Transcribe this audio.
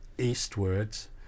eastwards